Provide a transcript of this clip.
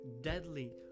deadly